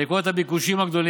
חלקם לכלום ושום דבר,